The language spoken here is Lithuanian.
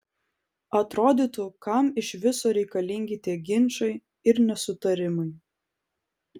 atrodytų kam iš viso reikalingi tie ginčai ir nesutarimai